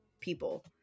people